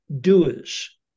doers